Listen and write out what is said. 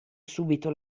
subito